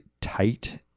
tight